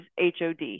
HOD